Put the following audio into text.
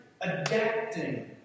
adapting